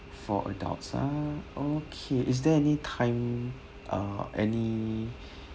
four adults ah okay is there any time uh any